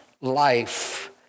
life